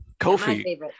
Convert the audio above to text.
Kofi